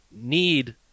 need